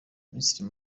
minisitiri